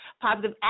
positive